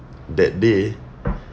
that day